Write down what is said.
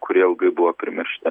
kurie ilgai buvo primiršti